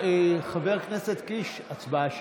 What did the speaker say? חבר הכנסת קיש, הצבעה שמית?